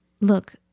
look